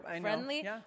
friendly